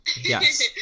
yes